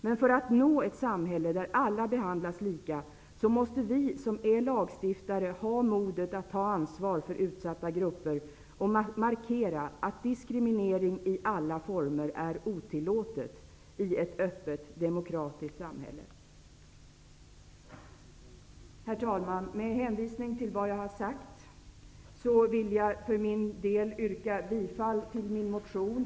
Men för att nå ett samhälle där alla behandlas lika så måste vi som är lagstiftare ha modet att ta ansvar för utsatta grupper och markera att diskriminering i alla former är otillåten i ett öppet, demokratiskt samhälle. Herr talman! Med hänvisning till vad jag har sagt vill jag för egen del yrka bifall till min motion.